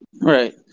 Right